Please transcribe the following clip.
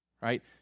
right